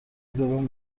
زدم